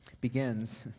begins